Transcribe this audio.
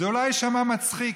"זה אולי יישמע מצחיק,